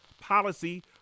policy